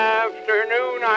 afternoon